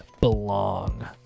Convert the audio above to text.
belong